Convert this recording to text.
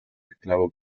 esclavo